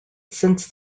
since